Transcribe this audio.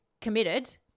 committed